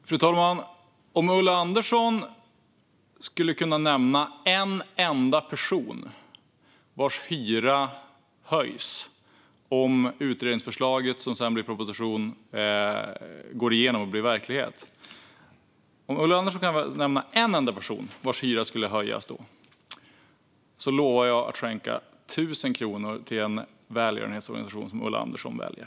Fru talman! Om Ulla Andersson skulle kunna nämna en enda person vars hyra höjs om utredningsförslaget, som sedan blir en proposition, går igenom och blir verklighet lovar jag att skänka 1 000 kronor till en välgörenhetsorganisation som Ulla Andersson väljer.